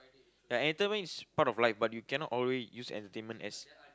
entertainment is part of life but you cannot always use entertainment as